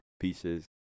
pieces